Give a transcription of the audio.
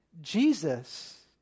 Jesus